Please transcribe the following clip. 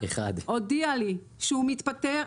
הוא הודיע לי שהוא מתפטר,